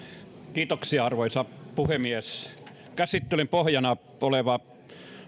arvoisa puhemies käsittelyn pohjana oleva